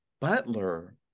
Butler